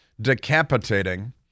decapitating